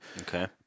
Okay